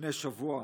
לפני שבוע,